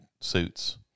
suits